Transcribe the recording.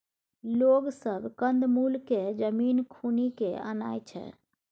लोग सब कंद मूल केँ जमीन खुनि केँ आनय छै